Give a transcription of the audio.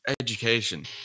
education